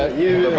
you